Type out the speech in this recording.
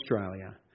Australia